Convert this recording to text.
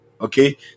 okay